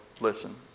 listen